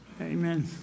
amen